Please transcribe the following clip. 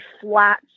flat